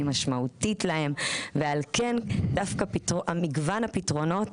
היא משמעותית להם ועל כן דווקא מגוון הפתרונות